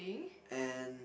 and